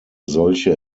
solche